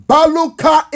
Baluka